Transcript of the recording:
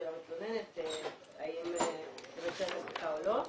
המתלוננת האם לעשות את הבדיקה או לא.